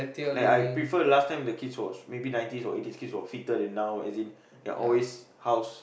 like I prefer last time the kids was maybe nineties or eighties kids who are fitter than now as in they are always house